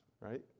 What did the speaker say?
right